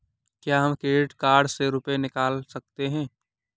क्या हम credit card से रुपये निकाल सकते हैं?